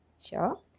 Sure